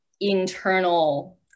internal